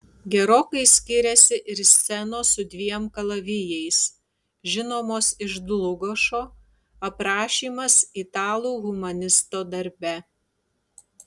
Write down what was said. gerokai skiriasi ir scenos su dviem kalavijais žinomos iš dlugošo aprašymas italų humanisto darbe